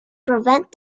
prevent